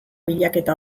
bilaketa